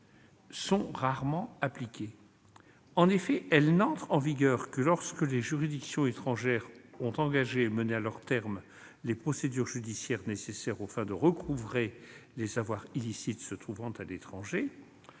sont rarement appliquées. En effet, elles n'entrent en vigueur que lorsque les juridictions étrangères ont engagé et mené à leur terme les procédures judiciaires nécessaires aux fins de recouvrer les avoirs illicites se trouvant à l'étranger.